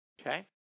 okay